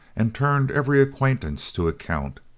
and turned every acquaintance to account.